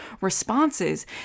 responses